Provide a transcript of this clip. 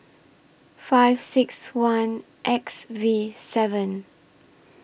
five six one X V seven